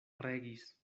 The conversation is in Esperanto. regis